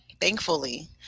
thankfully